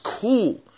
cool